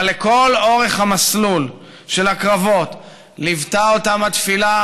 אבל לכל אורך המסלול של הקרבות ליוותה אותם התפילה